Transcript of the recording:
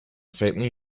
faintly